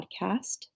podcast